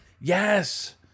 Yes